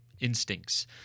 Instincts